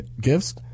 gifts